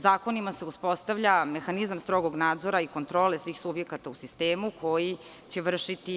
Zakonima se uspostavlja mehanizam strogog nadzora i kontrole svih subjekata u sistemu koji će vršiti MUP.